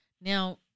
Now